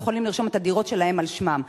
לא יכולים לרשום את הדירות שלהם על שמם.